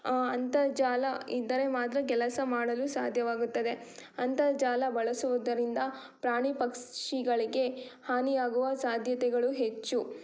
ಅಂತರ್ಜಾಲ ಇದ್ದರೆ ಮಾತ್ರ ಕೆಲಸ ಮಾಡಲು ಸಾಧ್ಯವಾಗುತ್ತದೆ ಅಂತರ್ಜಾಲ ಬಳಸುವುದರಿಂದ ಪ್ರಾಣಿ ಪಕ್ಷಿಗಳಿಗೆ ಹಾನಿಯಾಗುವ ಸಾಧ್ಯತೆಗಳು ಹೆಚ್ಚು